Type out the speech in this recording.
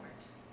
works